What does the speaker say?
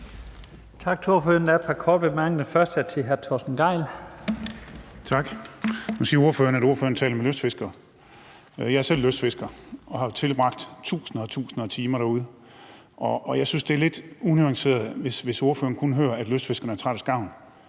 Den første er til hr. Torsten Gejl. Kl. 12:49 Torsten Gejl (ALT): Ordføreren siger, at ordføreren taler med lystfiskere. Jeg er selv lystfisker og har tilbragt tusinder og tusinder af timer derude, og jeg synes, det er lidt unuanceret, hvis ordføreren kun hører, at lystfiskerne er trætte af skarven.